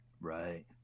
Right